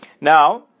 Now